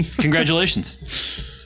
Congratulations